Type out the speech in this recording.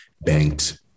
banked